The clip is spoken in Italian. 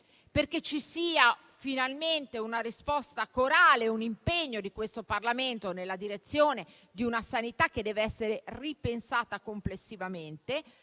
perché ci sia finalmente una risposta corale e un impegno di questo Parlamento nella direzione di una sanità che deve essere ripensata complessivamente,